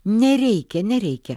nereikia nereikia